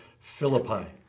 Philippi